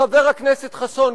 חבר הכנסת חסון,